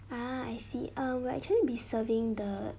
ah I see uh we'll actually be serving the